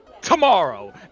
tomorrow